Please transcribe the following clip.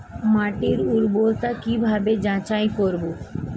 মাটির উর্বরতা কি ভাবে যাচাই করব?